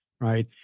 right